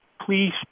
please